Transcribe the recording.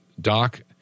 Doc